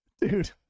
Dude